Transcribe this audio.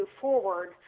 forward